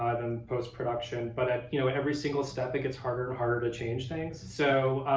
post-production. but at you know and every single step, it gets harder and harder to change things. so,